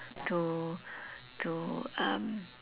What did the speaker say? to to um